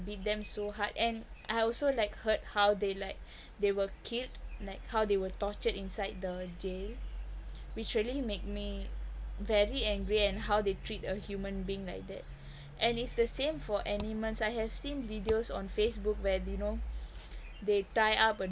beat them so hard and I also like heard how they like they were killed like how they were tortured inside the jail which really made me very angry and how they treat a human being like that and it's the same for animals I have seen videos on facebook where they you know they tie up a